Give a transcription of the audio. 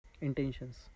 intentions